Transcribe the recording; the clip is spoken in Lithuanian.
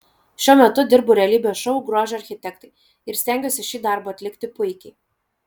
šiuo metu dirbu realybės šou grožio architektai ir stengiuosi šį darbą atlikti puikiai